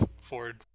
ford